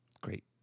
Great